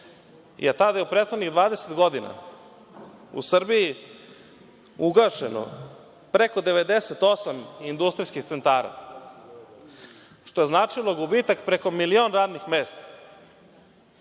tada i u prethodnih 20 godina u Srbiji je ugašeno preko 98 industrijskih centara, što je značilo gubitak preko milion radnih mesta.